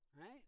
right